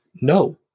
No